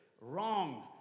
Wrong